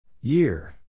Year